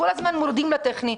כל הזמן מורידים לטכני.